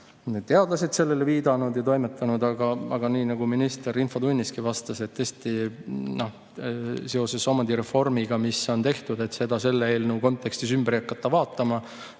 isegi teadlased on sellele viidanud. Aga nii nagu minister infotunniski vastas, tõesti, seoses omandireformiga, mis on tehtud, seda selle eelnõu kontekstis ümber ei hakata vaatama.